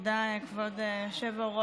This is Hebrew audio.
תודה, כבוד היושב-ראש.